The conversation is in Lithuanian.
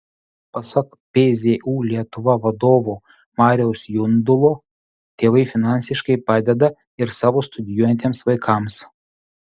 pasak pzu lietuva vadovo mariaus jundulo tėvai finansiškai padeda ir savo studijuojantiems vaikams